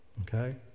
okay